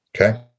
Okay